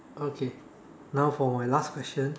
okay now for my last question